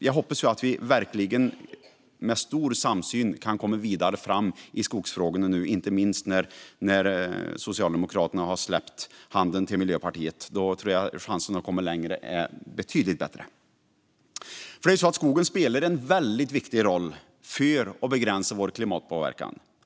Jag hoppas att vi nu med stor samsyn kan komma vidare framåt i skogsfrågorna. Inte minst när Socialdemokraterna nu har släppt Miljöpartiets hand tror jag att chansen att komma längre är betydligt bättre. Skogen spelar en väldigt viktig roll för att begränsa vår klimatpåverkan.